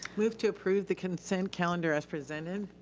move to approve the consent calendar as presented.